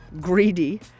greedy